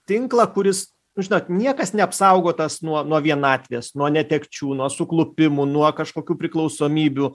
tinklą kuris nu žinot niekas neapsaugotas nuo nuo vienatvės nuo netekčių nuo suklupimų nuo kažkokių priklausomybių